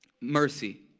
mercy